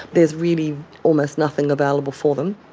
there is really almost nothing available for them.